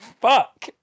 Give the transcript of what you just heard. Fuck